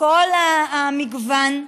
מכל המגוון,